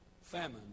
famine